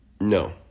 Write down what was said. No